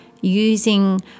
using